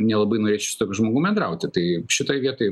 nelabai norėčiau su tokiu žmogum bendrauti tai šitoj vietoj